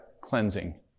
cleansing